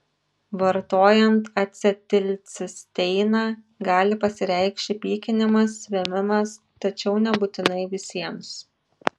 vartojant acetilcisteiną gali pasireikšti pykinimas vėmimas tačiau nebūtinai visiems